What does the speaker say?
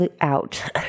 out